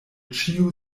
ĉiu